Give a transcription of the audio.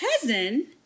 cousin